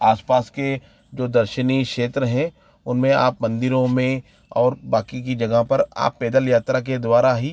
आस पास के जो दर्शनीय क्षेत्र हैं उनमें आप मंदिरों में और बाकी की जगह पर आप पैदल यात्रा के द्वारा ही